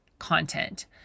content